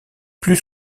plus